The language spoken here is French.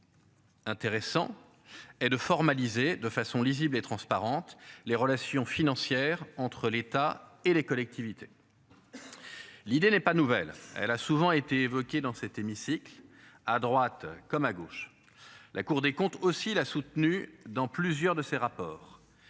Intéressant et de formaliser de façon lisible et transparente les relations financières entre l'État et les collectivités. L'idée n'est pas nouvelle, elle a souvent été évoqué dans cet hémicycle à droite comme à gauche. La Cour des comptes aussi a soutenu dans plusieurs de ces rapports.